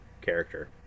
character